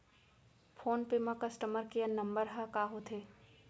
Phone पे म customer care number ह का होथे?